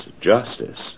justice